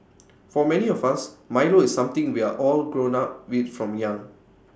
for many of us milo is something we're all grown up with from young